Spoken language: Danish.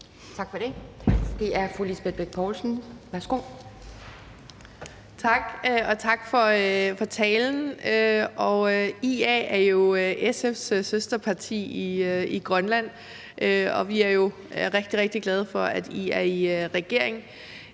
Lisbeth Bech-Nielsen (SF): Tak, og tak for talen. IA er jo SF's søsterparti i Grønland, og vi er rigtig, rigtig glade for, at I er i regering,